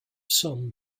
some